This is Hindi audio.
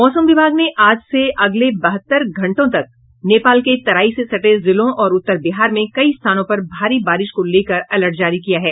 मौसम विभाग ने आज से अगले बहत्तर घंटों तक नेपाल के तराई से सटे जिलों और उत्तर बिहार में कई स्थानों पर भारी बारिश को लेकर अलर्ट जारी किया है